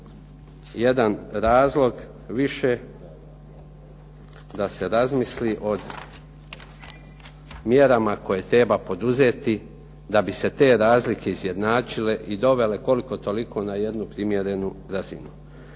jedan razlog više da se razmisli o mjerama koje treba poduzeti da bi se te razlike izjednačile i dovele koliko toliko na jednu primjerenu razinu.